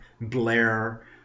blair